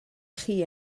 chi